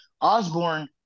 Osborne